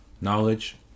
knowledge